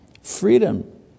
freedom